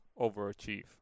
overachieve